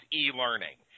e-learning